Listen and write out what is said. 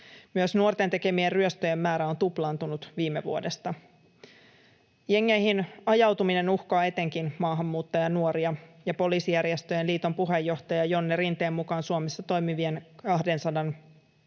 Myös nuorten tekemien ryöstöjen määrä on tuplaantunut viime vuodesta. Jengeihin ajautuminen uhkaa etenkin maahanmuuttajanuoria, ja Poliisijärjestöjen Liiton puheenjohtaja Jonne Rinteen mukaan Suomessa toimivien 200 katujengin